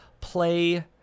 play